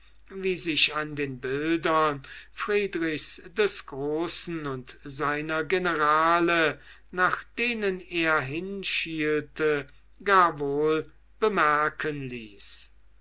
wie sich an den bildern friedrichs des großen und seiner generale nach denen er hinschielte gar wohl bemerken ließ